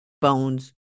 bones